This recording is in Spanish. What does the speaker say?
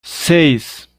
seis